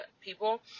people